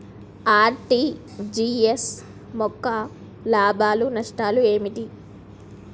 RTGS యొక్క లాభాలు నష్టాలు ఏమిటి?